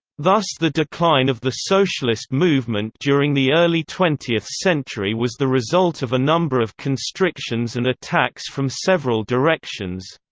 thus the decline of the socialist movement during the early twentieth century was the result of a number of constrictions and attacks from several directions